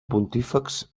pontífex